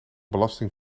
belasting